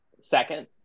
Second